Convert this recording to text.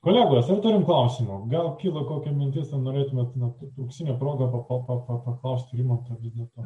kolegos ar turim klausimų gal kilo kokia mintis ar norėtumėt na auksinė proga ko pa pa paklaust rimanto vis dėlto